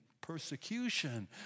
persecution